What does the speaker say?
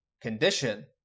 condition